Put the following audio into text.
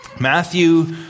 Matthew